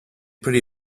pretty